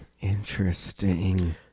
Interesting